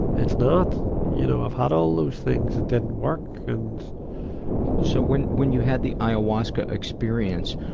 it's not. you know, i've had all those things it didn't work. and so when, when you had the ayahuasca experience,